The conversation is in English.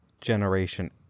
generation